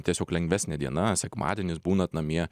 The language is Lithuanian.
tiesiog lengvesnė diena sekmadienis būnat namie